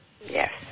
Yes